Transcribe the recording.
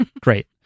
Great